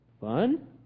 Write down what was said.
fun